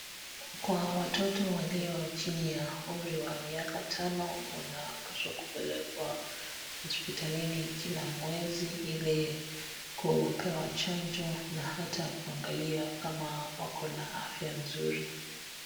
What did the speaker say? Kwa watoto walio chini ya umri wa miaka tano wanapaswa kupelekwa hospitalini kila mwezi ili kupewa chanjo na ata kuangalia kama wako na afya nzuri.